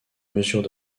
mesures